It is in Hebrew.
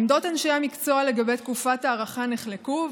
עמדות אנשי המקצוע על תקופת ההארכה נחלקו,